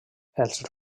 els